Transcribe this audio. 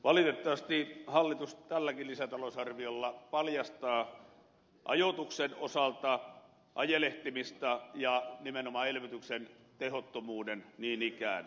valitettavasti hallitus tälläkin lisätalousarviolla paljastaa ajoituksen osalta ajelehtimisen ja nimenomaan elvytyksen tehottomuuden niin ikään